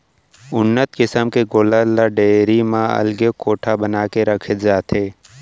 उन्नत किसम के गोल्लर ल डेयरी म अलगे कोठा बना के रखे जाथे